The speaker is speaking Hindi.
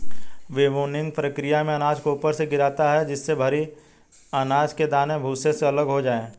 विनोविंगकी प्रकिया में अनाज को ऊपर से गिराते है जिससे भरी अनाज के दाने भूसे से अलग हो जाए